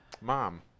mom